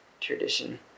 tradition